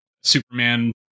Superman